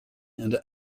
and